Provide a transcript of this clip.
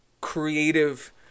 creative